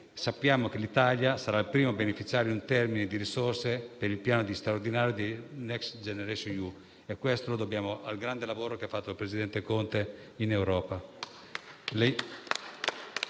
sappiamo che l'Italia sarà il primo beneficiario in termini di risorse per il piano straordinario Next generation EU e questo lo dobbiamo al grande lavoro che ha fatto il presidente Conte in Europa.